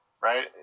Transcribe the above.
right